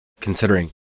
considering